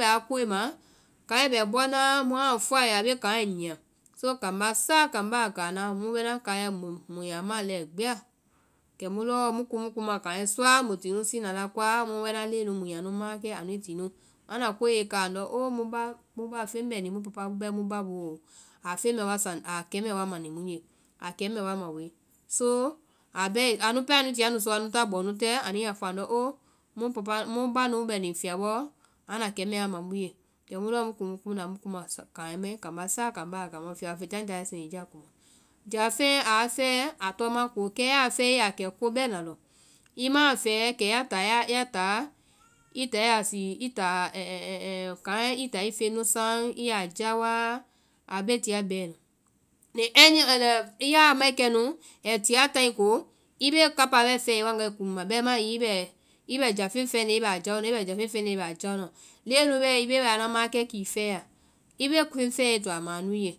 bɛ a koe ma, kaŋɛ bɔ bɔna muã fɔe a ye a bee kaŋɛ nyia. So kambá sáá kambá a ganáa lɔ mu bɛ ŋna kaiɛ mu ya maã lɛi gbi a kɛmu lɔɔ mu kuŋ mu kuŋma kaŋɛ sɔa muĩ tinu sina a koa, mu bɛ ŋna leŋɛ nu mu ti nu mu ya nu maãkɛ anu tinu, anda koie ká andɔ oo mu bá feŋ bɛ nii papa bɛ mu ba boo a kɛmɛɛ wa ma nii mu ye. A kɛmɛɛ wa ma woe. soo a bɛɛ- anu pɛɛ anu tia nu sɔɔ anu ta bɔɛ nu tɛɛ ani ya fɔa andɔ oo mu papa mu ba nu bɛ nii fiyabɔɛ yɔ anda kɛmɛɛ wa ma mu ye. Kɛmu lɔɔ mu kuŋ kuŋnda mu kuŋma kaŋɛ mai kambá sáá kambá a ganaa lɔ, fiyabɔ fɛjajáa bɛ sɛtija kuma. Jáfeŋɛ a fɛɛ a tɔɔma ko, kɛ yaa fɛe i ya kɛ ko bɛna lɔ, i ma a fɛɛ kɛ ya táa i táa i feŋ nu saŋ i bɛ a jaowa a tia bɛna. ya a mae kɛnu ai tia taai ko i bee kapáa bɛɛ fɛɛ ya i waŋga bɛɛ i kuŋma, bɛmaã hiŋi i bɛ jáfeŋ fɛɛ na i ya jaowa, i bɛ jáfeŋ fɛɛ nu i bɛ a jaowa, leŋɛ nu bɛ i bee bɛ anuã maãkɛ kii fɛɛ ya, i bee feŋ fɛɛ ya i to a ma anu ye.